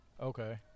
okay